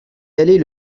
aller